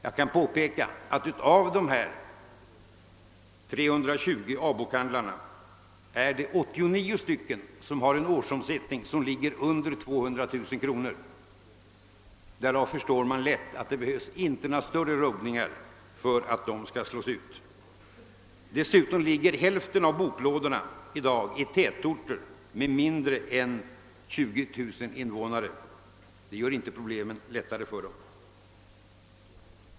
Jag kan påpeka att av dessa 320 A-boklådor har 89 en årsomsättning under 200 000 kronor. Därav förstår man lätt att det inte behövs några större rubb ningar i omsättningen för att de skall slås ut. Dessutom ligger hälften av boklådorna i dag i tätorter med mindre än 20 000 invånare; det gör inte problemet lättare för dem.